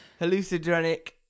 hallucinogenic